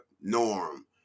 norm